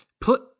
put